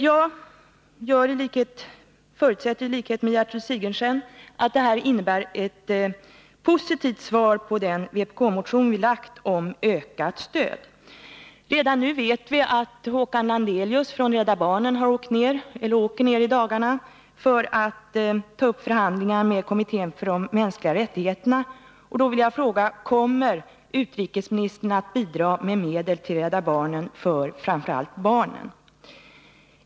Jag förutsätter i likhet med Gertrud Sigurdsen att det här innebär ett positivt bemötande av den vpk-motion som vi har lagt om ökat stöd. Redan nu vet vi att Håkan Landelius från Rädda barnen har åkt eller i dagarna kommer att åka i väg för att ta upp förhandlingar med kommittén för de mänskliga rättigheterna. Jag vill då fråga: Kommer utrikesministern att bidra med medel till Rädda barnen för framför allt barnen?